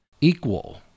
equal